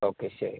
okay ശരി